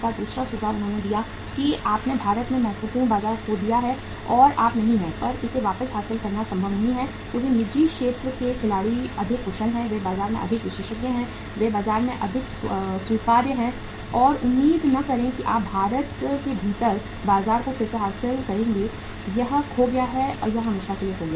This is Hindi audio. दूसरा सुझाव उन्होंने दिया कि आपने भारत में महत्वपूर्ण बाजार खो दिया है और आप नहीं हैं अब इसे वापस हासिल करना संभव नहीं है क्योंकि निजी क्षेत्र के खिलाड़ी अधिक कुशल हैं वे बाजार में अधिक विशेषज्ञ हैं वे बाजार में अधिक स्वीकार्य हैं यह उम्मीद न करें कि आप भारत के भीतर बाजार को फिर से हासिल करेंगे यह खो गया है यह हमेशा के लिए खो गया है